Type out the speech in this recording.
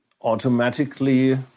automatically